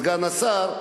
סגן השר,